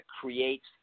creates